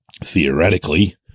theoretically